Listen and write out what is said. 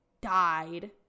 died